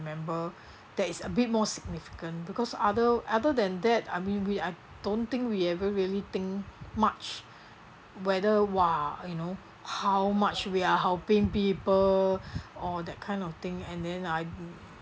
remember that is a bit more significant because other other than that I mean we I don't think we ever really think much whether !wah! you know how much we are helping people or that kind of thing and then I